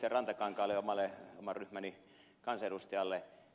rantakankaalle oman ryhmäni kansanedustajalle